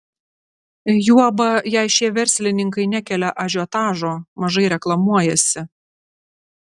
juoba jei šie verslininkai nekelia ažiotažo mažai reklamuojasi